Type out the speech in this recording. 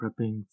prepping